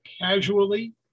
casually